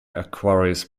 aquarius